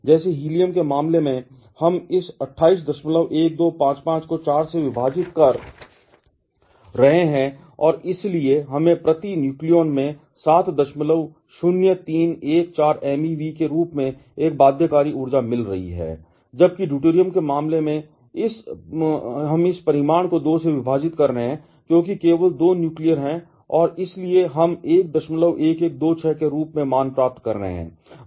जैसे हीलियम के मामले में हम इस 281255 को 4 से विभाजित कर रहे हैं और इसलिए हमें प्रति न्यूक्लियॉन में 70314 MeV के रूप में एक बाध्यकारी ऊर्जा मिल रही है जबकि ड्यूटेरियम के मामले में हम इस परिमाण को 2 से विभाजित कर रहे हैं क्योंकि केवल 2 न्यूक्लियर हैं और इसलिए हम 11126 के रूप में मान प्राप्त कर रहे हैं